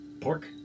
pork